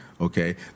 okay